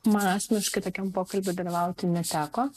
man asmeniškai tokiam pokalby dalyvauti neteko